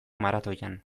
maratoian